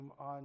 on